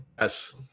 Yes